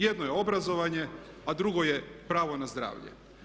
Jedno je obrazovanje a drugo je pravo na zdravlje.